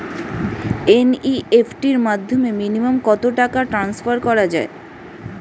NEFT র মাধ্যমে minimum কত টাকা টান্সফার করা যায়?